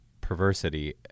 perversity